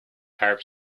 harp